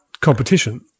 competition